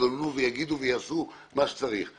שיתלוננו ויגידו ויעשו מה שצריך,